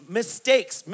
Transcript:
mistakes